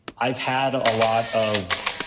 i've had a lot of.